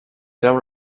creu